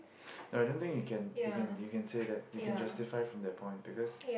no I don't think you can you can you can say that you can justify from their point because